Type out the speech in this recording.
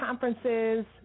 conferences